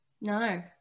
No